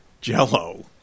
jello